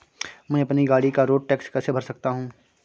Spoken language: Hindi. मैं अपनी गाड़ी का रोड टैक्स कैसे भर सकता हूँ?